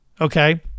Okay